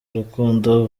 urukundo